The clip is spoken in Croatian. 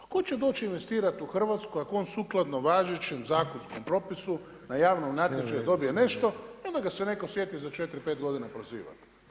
Tko će doći investirati u Hrvatsku, ako on sukladno važećem zakonskom propisu, na javnom natječaju dobije nešto, onda ga se netko sjeti za 4, 5 godina prozivati.